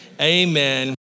Amen